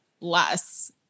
less